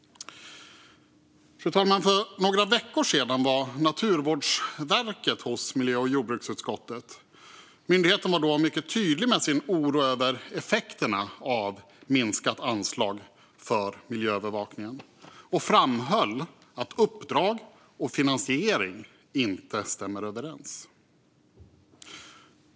Fru talman! För några veckor sedan var Naturvårdsverket hos miljö och jordbruksutskottet. Myndigheten var då mycket tydlig med sin oro över effekterna av minskat anslag för miljöövervakning och framhöll att uppdrag och finansiering inte stämmer överens.